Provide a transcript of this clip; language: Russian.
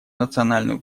национальную